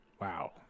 wow